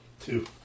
Two